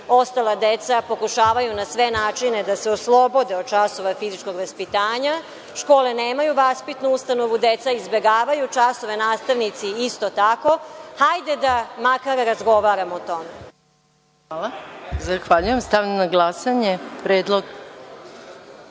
Ostala deca pokušavaju na sve načine da se oslobode od časova fizičkog vaspitanja. Škole nemaju vaspitnu ustanovu, deca izbegavaju časove, nastavnici isto tako. Hajde da makar razgovaramo o tome. **Maja Gojković** Hvala. Stavljam na glasanje